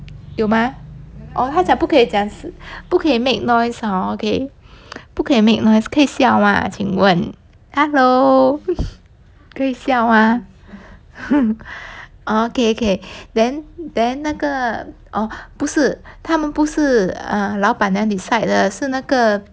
有吗哦他讲不可以讲不可以 make noise hor okay 不可以 make noise 可以笑吗请问 hello 可以笑吗 oh okay okay then then 那个哦不是他们不是 err 老板娘 decide 的是那个